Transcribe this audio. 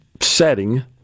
setting